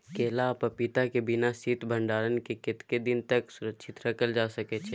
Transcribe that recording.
केला आ पपीता के बिना शीत भंडारण के कतेक दिन तक सुरक्षित रखल जा सकै छै?